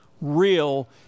real